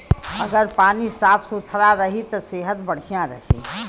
अगर पानी साफ सुथरा रही त सेहत बढ़िया रही